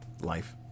life